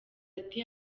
ati